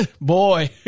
boy